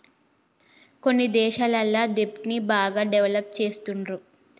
కొన్ని దేశాలల్ల దెబ్ట్ ని బాగా డెవలప్ చేస్తుండ్రు